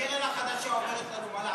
זו הקרן החדשה אומרת לנו מה לעשות.